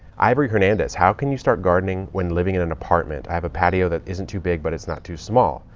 ivory hernandez how can you start gardening when living in an apartment? i have a patio that isn't too big, but it's not too small.